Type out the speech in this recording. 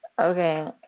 okay